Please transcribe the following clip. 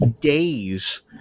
days